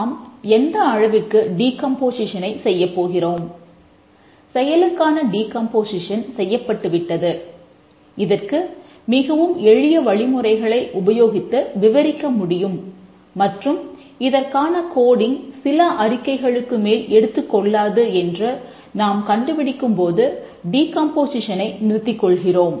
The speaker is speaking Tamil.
நாம் எந்த அளவிற்கு டீகம்போசிஷனை நிறுத்திக் கொள்கிறோம்